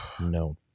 no